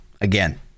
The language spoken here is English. again